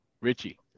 Richie